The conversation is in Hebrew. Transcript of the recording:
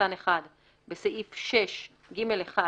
(1)בסעיף 6(ג1),